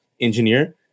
engineer